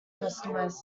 customized